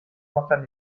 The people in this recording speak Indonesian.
makan